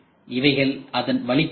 இவைகள் அதன் வழித்தடம்